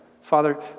Father